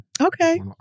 Okay